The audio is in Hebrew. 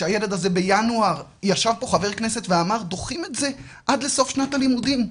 ישב פה חבר כנסת ואמר דוחים את זה עד לסוף שנת הלימודים,